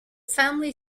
family